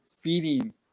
feeding